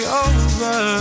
over